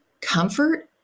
comfort